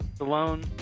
alone